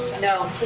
no.